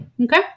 Okay